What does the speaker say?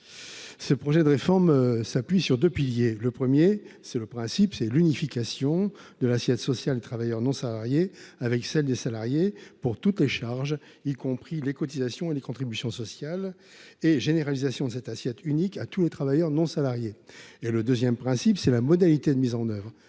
Ce projet de réforme repose sur deux piliers. Tout d’abord, il y a le principe, à savoir l’unification de l’assiette sociale des travailleurs non salariés avec celle des salariés, et ce pour toutes les charges, y compris les cotisations et les contributions sociales, et la généralisation de cette assiette unique à tous les travailleurs non salariés. Ensuite, il y a les modalités de mise en œuvre,